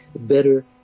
better